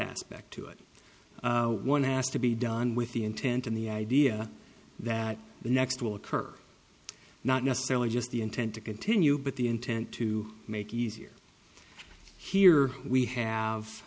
aspect to it one has to be done with the intent and the idea that the next will occur not necessarily just the intent to continue but the intent to make easier here we have